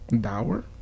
Dower